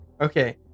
Okay